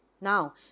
Now